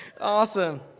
awesome